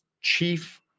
chief